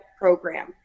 program